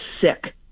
sick